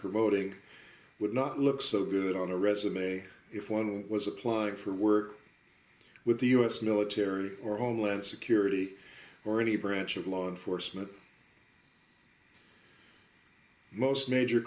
promoting would not look so good on a resume if one was applying for work with the us military or on land security or any branch of law enforcement most major